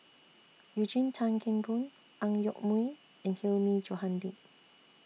Eugene Tan Kheng Boon Ang Yoke Mooi and Hilmi Johandi